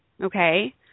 Okay